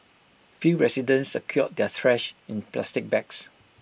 few residents secured their trash in plastic bags